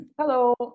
Hello